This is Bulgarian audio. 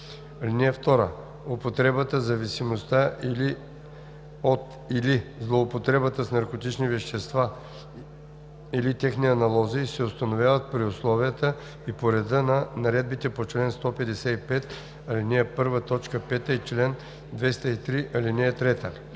(2) Употребата, зависимостта от или злоупотребата с наркотични вещества или техни аналози се установяват при условията и по реда на наредбите по чл. 155, ал. 1, т. 5 и чл. 203, ал. 3.“